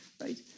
right